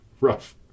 rough